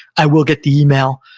i will get the email.